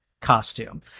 costume